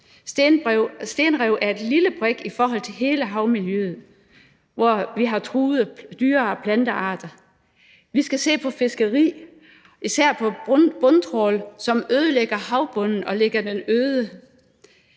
Stenrev er en lille brik i forhold til hele havmiljøet, hvor vi har truede dyre- og plantearter. Vi skal se på fiskeri, især på bundtrawl, som ødelægger havbunden og lægger den øde.